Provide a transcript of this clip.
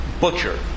Butcher